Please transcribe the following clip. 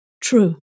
true